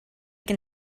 can